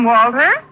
Walter